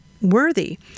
worthy